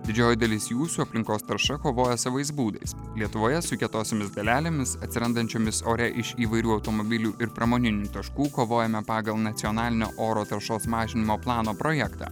didžioji dalis jų su aplinkos tarša kovoja savais būdais lietuvoje su kietosiomis dalelėmis atsirandančiomis ore iš įvairių automobilių ir pramoninių taškų kovojame pagal nacionalinio oro taršos mažinimo plano projektą